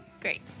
Great